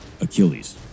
Achilles